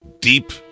deep